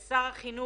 שהוא שר החינוך,